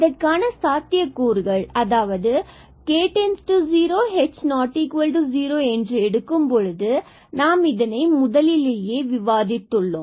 இதற்கான சாத்தியக் கூறுகளை அதாவது k→0 h≠0என்று எடுக்கும் பொழுது நாம் முதலிலேயே விவாதித்து உள்ளோம்